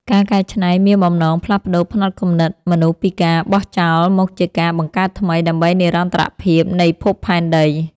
ការកែច្នៃមានបំណងផ្លាស់ប្តូរផ្នត់គំនិតមនុស្សពីការ បោះចោល មកជាការ បង្កើតថ្មី ដើម្បីនិរន្តរភាពនៃភពផែនដី។